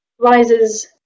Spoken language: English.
rises